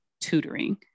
tutoring